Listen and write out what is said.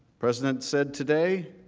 president said today,